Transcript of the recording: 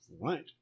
Right